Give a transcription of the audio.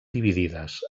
dividides